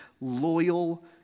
loyal